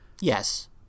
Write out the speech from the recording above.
yes